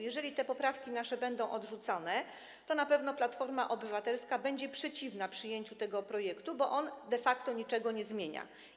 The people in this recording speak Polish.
Jeżeli te nasze poprawki będą odrzucone, to na pewno Platforma Obywatelska będzie przeciwna przyjęciu tego projektu, bo on de facto niczego nie zmienia.